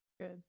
Good